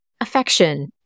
affection